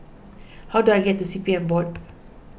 how do I get to C P F Board